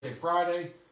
Friday